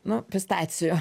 nu pistacijų